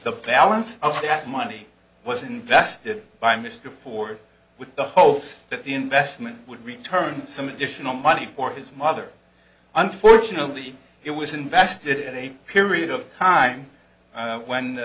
the balance of that money was invested by mr ford with the hopes that the investment would return some additional money for his mother unfortunately it was invested in a period of time when